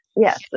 Yes